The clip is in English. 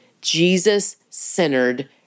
Jesus-centered